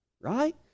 right